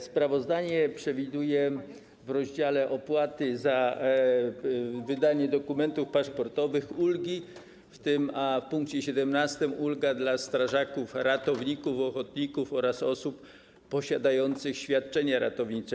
Sprawozdanie przewiduje w rozdziale „Opłaty za wydanie dokumentów paszportowych” ulgi, w tym w pkt 17 ulgę dla strażaków, ratowników, ochotników oraz osób posiadających świadczenia ratownicze.